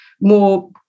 more